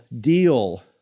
deal